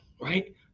right